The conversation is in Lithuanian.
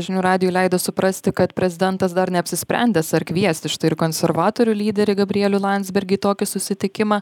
žinių radijui leido suprasti kad prezidentas dar neapsisprendęs ar kviesti štai ir konservatorių lyderį gabrielių landsbergį į tokį susitikimą